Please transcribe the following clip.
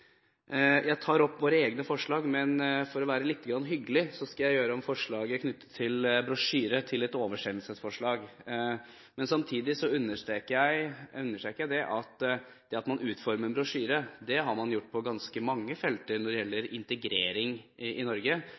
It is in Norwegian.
Jeg tar opp våre egne forslag, men for å være litt hyggelig, skal jeg gjøre om forslaget knyttet til brosjyre til et oversendelsesforslag. Samtidig understreker jeg at det å utforme en brosjyre har man gjort på ganske mange felt når det gjelder integrering i Norge,